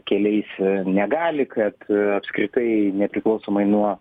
keliais negali kad apskritai nepriklausomai nuo